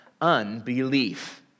unbelief